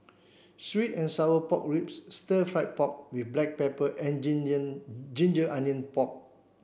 sweet and sour pork ribs stir fry pork with black pepper and ginger ginger onion pork